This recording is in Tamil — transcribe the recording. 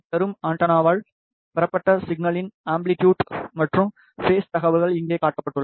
பெறும் ஆண்டெனாவால் பெறப்பட்ட சிக்னலின் அம்பிலிட்டுட் மற்றும் பேஸ் தகவல்கள் இங்கே காட்டப்பட்டுள்ளன